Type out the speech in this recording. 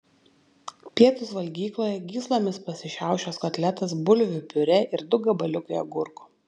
pietūs valgykloje gyslomis pasišiaušęs kotletas bulvių piurė ir du gabaliukai agurko